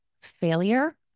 failure